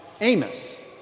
Amos